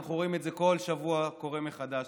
שאנחנו רואים את זה כל שבוע קורה מחדש,